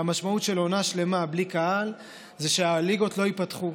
והמשמעות של עונה שלמה בלי קהל זה שהליגות לא ייפתחו.